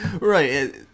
Right